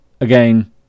Again